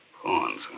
Pawns